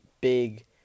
big